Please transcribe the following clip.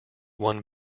one